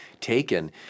taken